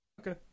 okay